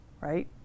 right